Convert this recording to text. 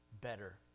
better